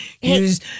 use